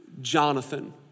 Jonathan